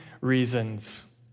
reasons